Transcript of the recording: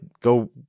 go